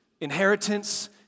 inheritance